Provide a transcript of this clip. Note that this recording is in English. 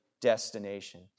destination